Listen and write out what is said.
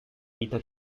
vita